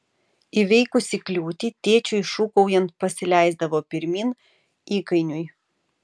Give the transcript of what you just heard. įveikusi kliūtį tėčiui šūkaujant pasileisdavo pirmyn įkainiui